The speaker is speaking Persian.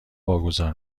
واگذار